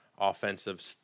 offensive